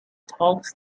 talks